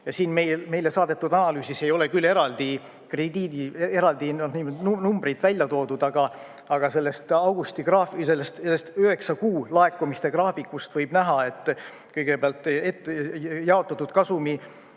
jaotus. Meile saadetud analüüsis ei ole küll eraldi krediidi, eraldi numbrit välja toodud, aga sellest üheksa kuu laekumiste graafikust võib näha, et kõigepealt jaotatud kasumi,